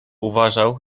uważał